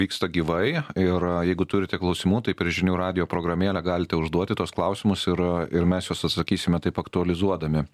vyksta gyvai ir jeigu turite klausimų tai per žinių radijo programėlę galite užduoti tuos klausimus ir ir mes juos atsakysime taip aktualizuodami